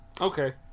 Okay